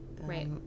Right